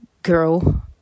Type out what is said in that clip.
girl